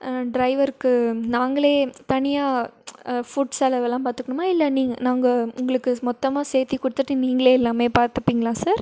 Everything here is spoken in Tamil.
ட்ரைவருக்கு நாங்களே தனியாக ஃபுட் செலவெல்லாம் பார்த்துக்கணுமா இல்லை நீங்கள் நாங்கள் உங்களுக்கு மொத்தமாக சேர்த்தே கொடுத்துட்டு நீங்களே எல்லாமே பார்த்துப்பிங்களா சார்